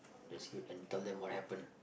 it's good and tell them what happen